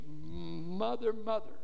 mother-mother